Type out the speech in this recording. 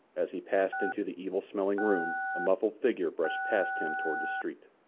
as he passed into the evil-smelling room a muffled figure brushed past him toward the street.